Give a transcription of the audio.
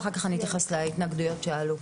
ואחר כך אתייחס להתנגדויות שעלו.